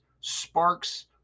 Sparks